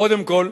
קודם כול,